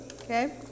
Okay